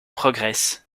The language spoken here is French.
progressent